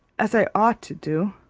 as i ought to do.